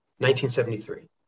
1973